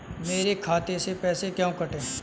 मेरे खाते से पैसे क्यों कटे?